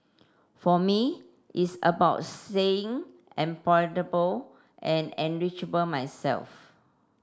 for me it's about staying employable and myself